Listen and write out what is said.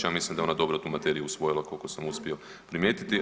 Ja mislim da je ona dobro tu materiju usvojila koliko sam uspio primijetiti.